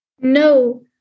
No